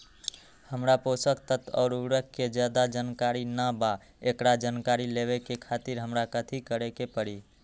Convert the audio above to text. हमरा पोषक तत्व और उर्वरक के ज्यादा जानकारी ना बा एकरा जानकारी लेवे के खातिर हमरा कथी करे के पड़ी?